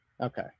Okay